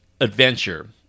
adventure